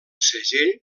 segell